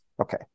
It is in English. Okay